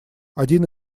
один